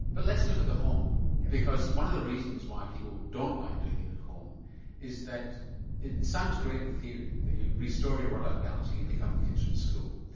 but let's look at the home because one of the reasons why people don't like doing it at home is that it sounds great in theory that you restore your work life balance, you can pick up the kids from school.